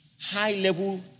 high-level